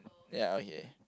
ya okay